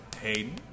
Hayden